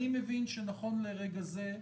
אני מבין שנכון לרגע זה,